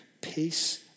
peace